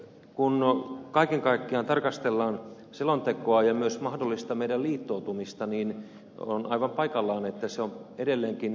kun kaiken kaikkiaan tarkastellaan selontekoa ja myös meidän mahdollista liittoutumistamme niin on aivan paikallaan että se on edelleenkin niin sanottu mahdollisuus